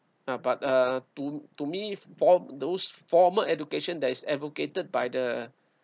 ah but uh to to me for those former education that is advocated by the